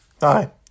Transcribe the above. Hi